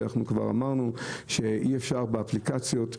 שאנחנו כבר אמרנו שאי אפשר באפליקציות,